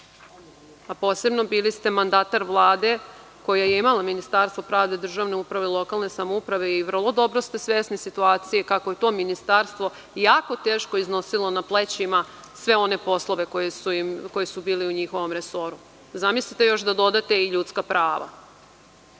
prava. Bili ste mandatar Vlade koja je imala Ministarstvo pravde, državne uprave i lokalne samouprave i vrlo dobro ste svesni situacije kako je to ministarstvo jako teško iznosilo na plećima sve one poslove koji su bili u njihovom resoru. Zamislite još da dodate ljudska prava.